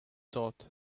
thought